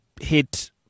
hit